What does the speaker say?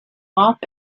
off